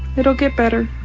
it'll get better.